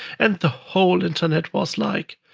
and the whole internet was like,